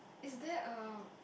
is there a